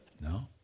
No